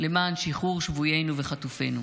למען שחרור שבוינו וחטופינו: